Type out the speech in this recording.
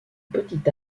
petit